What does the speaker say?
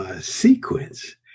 sequence